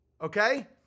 okay